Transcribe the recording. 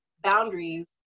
boundaries